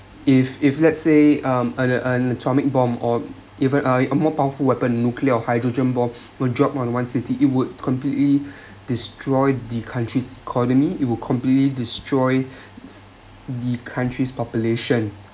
if if let's say um an an atomic bomb or even a more powerful weapon nuclear or hydrogen bomb were dropped on one city it would completely destroy the country's economy it will completely destroy the country's population